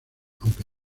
aunque